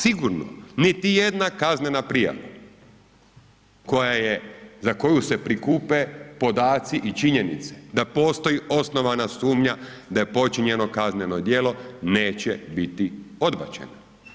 A sigurno niti jedna kaznena prijava za koju se prikupe podaci i činjenice da postoji osnovana sumnja da je počinjeno kazneno djelo, neće biti odbačeno.